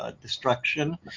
destruction